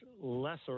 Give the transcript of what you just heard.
lesser